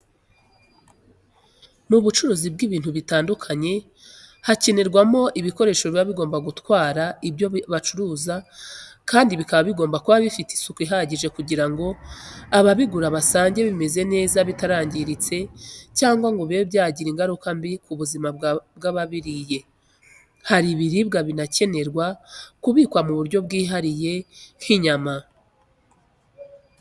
Mu bucuruzi by'ibintu bitandukanye hakenerwa mo ibikoresho biba bigomba gutwara ibyo bacuruza kandi bikaba bigomba kuba bifite isuku ihagije kugirango ababigura basange bimeze neza bitarangiritse cyangwa ngo bibe byagira ingaruka mbi ku buzima bwababiriye. Hari ibiribwa binakenera kubikwa mu buryo bwihariyenk'inyama.